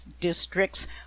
District's